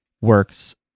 works